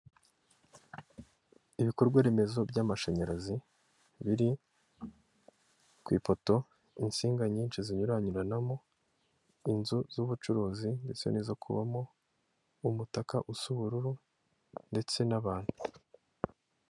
Ibikorwaremezo by'amashanyarazi, biri ku ipoto insinga nyinshi zinyuranyuranamo, inzu z'ubucuruzi ndetse n'izo kubamo, umutaka usa ubururu ndetse n'abantu.